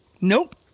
Nope